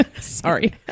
Sorry